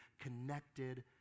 connected